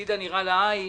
שבעתיד הנראה לעין